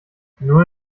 nur